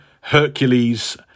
Hercules